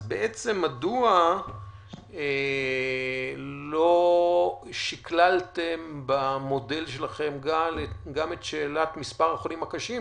אז בעצם מדוע לא שקללתם במודל שלכם גם את שאלת מספר החולים הקשים?